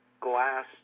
glass